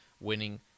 winning